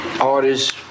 artists